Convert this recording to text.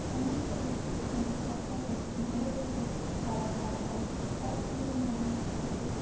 সমস্ত কিছু এখানে একসাথে ভালোবেসে পালন করা হয় সব ধরনের মানুষ এতে